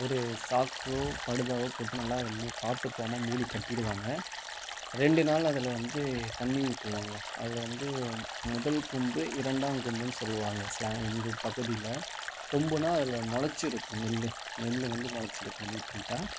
ஒரு சாக்கோ படுதாவோ போட்டு நல்லா மு காற்று போகாம மூடி கட்டிவிடுவாங்க ரெண்டு நாள் அதில் வந்து தண்ணி ஊற்றுவாங்க அதில் வந்து முதல் கொம்பு இரண்டாம் கொம்புன்னு சொல்லுவாங்க ஸ்லாங் எங்கள் பகுதியில் கொம்புனால் அதில் முளைச்சி இருக்கும் நெல் நெல் வந்து முளைச்சி இருக்கும் நீட்நீட்டாக